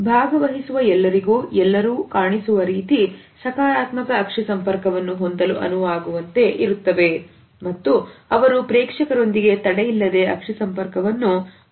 ಭಾಗವಹಿಸುವ ಎಲ್ಲರಿಗೂ ಎಲ್ಲರೂ ಕಾಣಿಸುವ ರೀತಿ ಸಕಾರಾತ್ಮಕ ಅಕ್ಷಿ ಸಂಪರ್ಕವನ್ನು ಹೊಂದಲು ಅನುವಾಗುವಂತೆ ಇರುತ್ತವೆ ಮತ್ತು ಅವರು ಪ್ರೇಕ್ಷಕರೊಂದಿಗೆ ತಡೆಯಿಲ್ಲದೆ ಅಕ್ಷಿ ಸಂಪರ್ಕವನ್ನು ಹೊಂದಿರುತ್ತಾರೆ